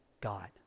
God